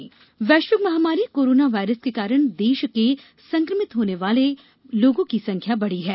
corona वैश्विक महामारी corona virus के कारण देश में संकमित होने वालों की संख्या बढ़ी है